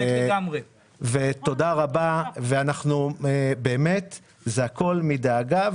וזה באמת הכול מדאגה,